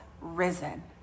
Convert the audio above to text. risen